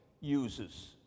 uses